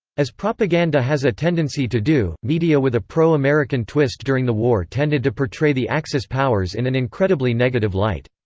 as propaganda has a tendency to do, media with a pro-american twist during the war tended to portray the axis powers in an incredibly negative light.